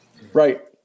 right